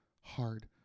Hard